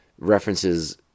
references